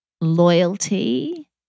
loyalty